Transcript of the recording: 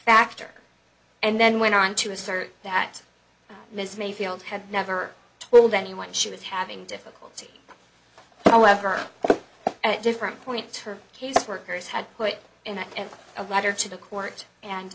factor and then went on to assert that ms mayfield had never told anyone she was having difficulty however at different point her caseworkers had put in a letter to the court and